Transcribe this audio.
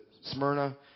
Smyrna